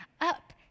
up